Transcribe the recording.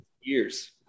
years